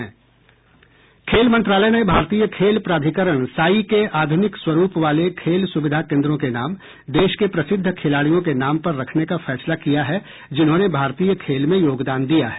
खेल मंत्रालय ने भारतीय खेल प्राधिकरण साइ के आधुनिक स्वरूप वाले खेल सुविधा केंद्रों के नाम देश के प्रसिद्ध खिलाड़ियों के नाम पर रखने का फैसला किया है जिन्होंने भारतीय खेल में योगदान दिया है